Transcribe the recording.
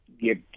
get